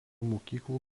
mokyklų